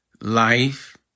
Life